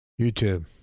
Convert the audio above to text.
youtube